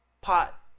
pot